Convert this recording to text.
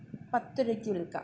പത്ത് രൂപയ്ക്ക് വിൽക്കാം